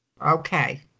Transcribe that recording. Okay